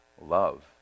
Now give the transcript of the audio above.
love